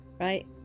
right